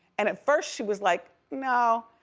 and at first she was like, no.